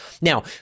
Now